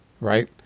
right